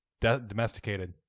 domesticated